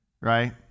right